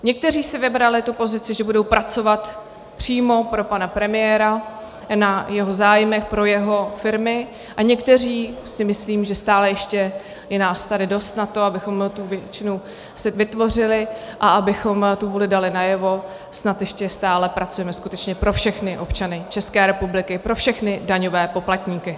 Někteří si vybrali tu pozici, že budou pracovat přímo pro pana premiéra na jeho zájmech, pro jeho firmy, a někteří myslím si, že stále ještě je nás tady dost na to, abychom tu většinu vytvořili a abychom tu vůli dali najevo snad ještě stále pracujeme skutečně pro všechny občany České republiky, pro všechny daňové poplatníky.